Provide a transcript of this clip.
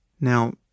Now